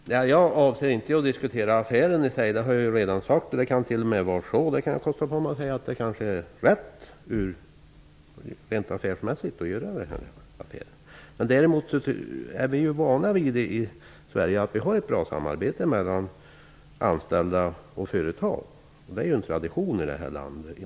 Herr talman! Jag avser inte att diskutera affä ren i sig. Det har jag redan sagt. Jag kan t.o.m. kosta på mig att säga att den var kanske affärs mässigt rätt. Däremot är vi i Sverige vana vid ett bra samarbete mellan anställda och företag. Det är en tradition i det här landet.